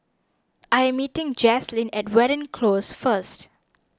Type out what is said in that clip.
I am meeting Jaslene at Watten Close first